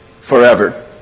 forever